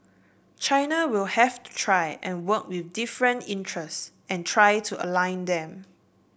China will have to try and work with different interests and try to align them